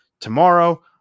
tomorrow